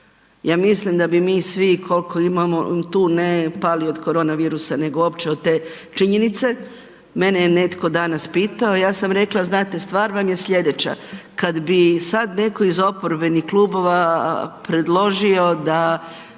ja mislim da bi mi svi koliko imamo, tu ne pali od korona virusa nego uopće od te činjenice. Mene je netko danas pitao, ja sam rekla znate stvar vam je slijedeća kad bi sad netko iz oporbenih klubova predložio da